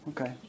Okay